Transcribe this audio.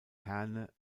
herne